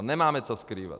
Nemáme co skrývat.